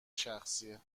شخصیه